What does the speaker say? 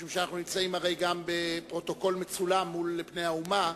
משום שאנחנו גם בפרוטוקול וגם מצולמים מול פני האומה.